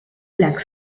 black